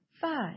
Five